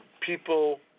people